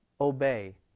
obey